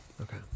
okay